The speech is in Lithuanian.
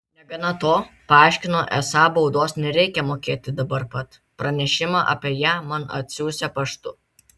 negana to paaiškino esą baudos nereikią mokėti dabar pat pranešimą apie ją man atsiųsią paštu